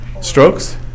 Strokes